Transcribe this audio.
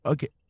Okay